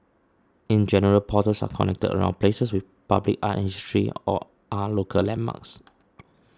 in general portals are connected around places with public art and history or are local landmarks